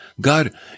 God